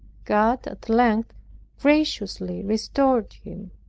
god at length graciously restored him.